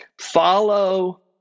Follow